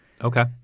Okay